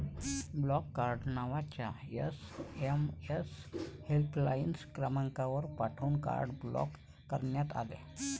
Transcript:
block card नावाचा SMS helpline क्रमांकावर पाठवून कार्ड ब्लॉक करण्यात आले